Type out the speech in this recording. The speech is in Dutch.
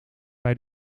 bij